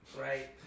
Right